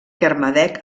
kermadec